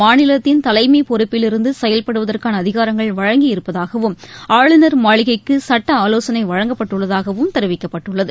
மாநிலத்தின் தலைமை பொறுப்பிலிருந்து செயல்படுவதற்கான அதிகாரங்கள் வழங்கியிருப்பதாகவும் ஆளுநர் மாளிகைக்கு சட்ட ஆலோசனை வழங்கப்பட்டுள்ளதாகவும் தெரிவிக்கப்பட்டுள்ளது